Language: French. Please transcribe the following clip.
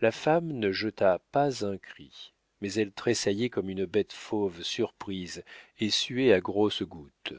la femme ne jeta pas un cri mais elle tressaillait comme une bête fauve surprise et suait à grosses gouttes